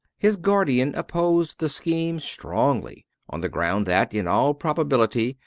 his guardian opposed the scheme strongly, on the ground that, in all probability,